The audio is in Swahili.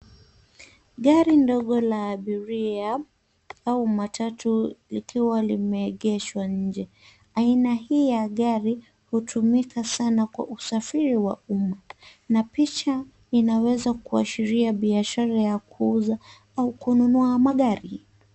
Gari ndogo la abiria au matatu likiwa limeegeshwa nje. Aina hii ya gari hutumika sana kwa usafiri wa umma na picha inaweza kuashiria biashara ya kuuza au kununua magari.